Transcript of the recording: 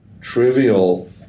trivial